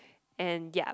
and ya